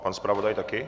Pan zpravodaj taky?